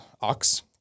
Ox